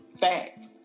fact